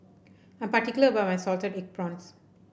I'm particular about my Salted Egg Prawns